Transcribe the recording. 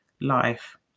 life